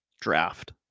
draft